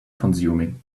consuming